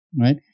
Right